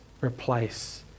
replace